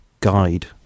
guide